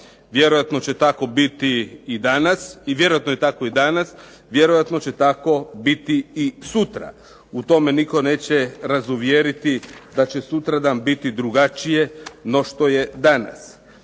Vjerojatno će tako biti i danas i vjerojatno je tako i danas. Vjerojatno će tako biti i sutra. U to me nitko neće razuvjeriti da će sutra dan biti drugačije no što je danas.